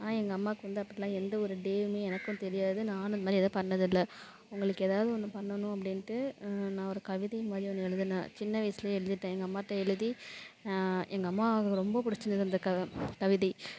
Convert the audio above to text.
ஆனால் எங்கள் அம்மாவுக்கு வந்து அப்பிடிலாம் எந்தவொரு டேவும் எனக்கும் தெரியாது நானும் அந்த மாதிரி எதுவும் பண்ணதில்லை அவங்களுக்கு ஏதாவது ஒன்று பண்ணணும் அப்படின்ட்டு நான் ஒரு கவிதை மாதிரி ஒன்று எழுதுனேன் சின்ன வயசுலே எழுதிட்டேன் எங்கள் அம்மாட்ட எழுதி எங்கள் அம்மாவுக்கு ரொம்ப பிடிச்சிருந்திருந்துது அந்த கவிதை